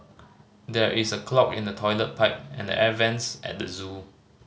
there is a clog in the toilet pipe and the air vents at the zoo